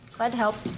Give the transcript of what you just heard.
glad to help.